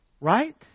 Right